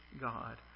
God